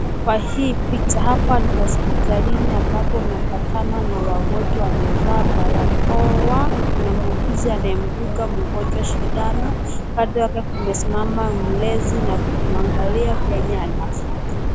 Kwa hii picha hapa ni hospitalini ambapo unapatana na wagonjwa wamevaa barakoa na muuguzi anayemdunga mgonjwa sindano. Kando yake kumesimama mlezi na kumwangalia vyenye anafanywa.